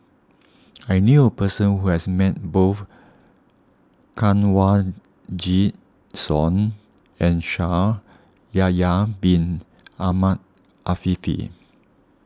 I knew a person who has met both Kanwaljit Soin and Shaikh Yahya Bin Ahmed Afifi